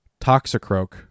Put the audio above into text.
toxicroak